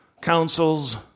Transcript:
councils